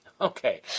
Okay